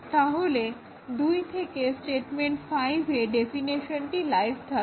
তাহলে 2 থেকে স্টেটমেন্ট 5 এ ডেফিনেশনটি লাইভ থাকবে